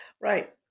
Right